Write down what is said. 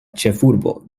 ĉefurbo